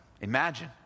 Imagine